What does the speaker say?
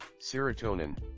Serotonin